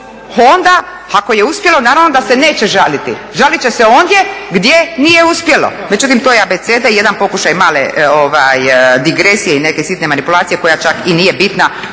onda ako je uspjelo, naravno da se neće žaliti. Žalit će se ondje gdje nije uspjelo. Međutim to je abeceda i jedan pokušaj male digresije i neke sitne manipulacije koja čak i nije bitna